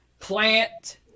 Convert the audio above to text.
plant